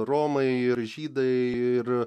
romai ir žydai ir